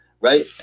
right